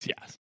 Yes